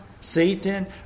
Satan